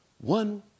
One